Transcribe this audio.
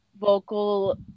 vocal